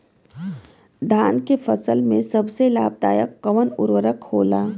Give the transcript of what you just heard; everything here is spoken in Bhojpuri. धान के फसल में सबसे लाभ दायक कवन उर्वरक होला?